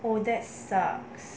oh that sucks